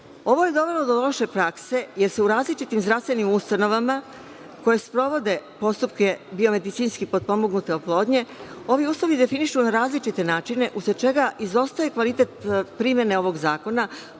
je dovelo do loše prakse jer se u različitim zdravstvenim ustanovama koje sprovode postupke biomedicinski potpomognute oplodnje ovi uslovi definišu na različite načine, usled čega izostaje kvalitet primene ovog zakona,